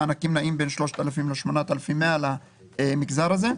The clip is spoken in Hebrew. המענקים נעים בין 3,000 ל-8,100 למגזר הזה.